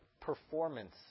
performance